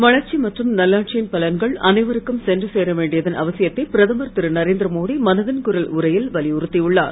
வளர்ச்சி மற்றும் நல்லாட்சியின் பலன்கள் அனைவருக்கும் சென்று சேர வேண்டியதன் அவசியத்தை பிரதமர் திருநரேந்திரமோடி மனதின் குரல் உரையில் வலியுறுத்தியுள்ளார்